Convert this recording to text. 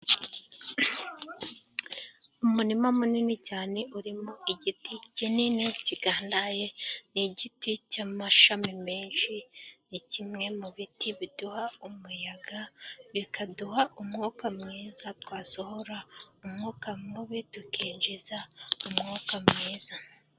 Umurima munini cyane. Urimo igiti kinini kigandaye. Ni igiti cy'amashami menshi. Ni kimwe mu biti biduha umuyaga. Bikaduha umwuka mwiza. Twasohora umwuka mubi tukinjiza umwuka mwiza.